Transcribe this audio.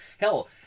Hell